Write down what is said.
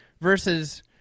versus